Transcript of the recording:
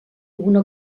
alguna